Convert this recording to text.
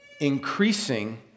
increasing